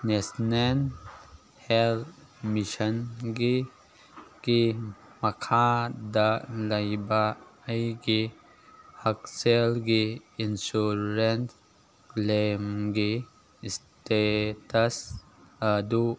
national health ꯃꯤꯁꯟꯒꯤ ꯀꯤ ꯃꯈꯥꯗ ꯂꯩꯕ ꯑꯩꯒꯤ ꯍꯛꯁꯦꯜꯒꯤ ꯏꯟꯁꯨꯔꯦꯟꯁ ꯀ꯭ꯂꯦꯝ ꯏꯁꯇꯦꯇꯁ ꯑꯗꯨ